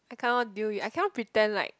I can't do it I cannot pretend like